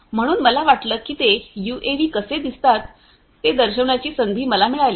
म्हणून मला वाटलं की ते यूएव्ही कसे दिसतात ते दर्शविण्याची संधी मला मिळाली